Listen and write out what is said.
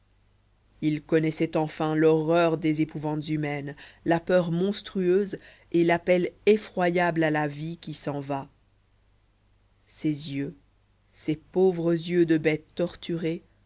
il connaissait enfin l'horreur des épouvantes humaines la peur monstrueuse et l'appel effroyable à la vie qui s'en va ses yeux ses pauvres yeux de bête torturée